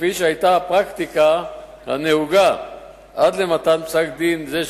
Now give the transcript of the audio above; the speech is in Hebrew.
כפי שהיתה הפרקטיקה הנהוגה עד למתן פסק-דין זה,